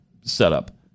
setup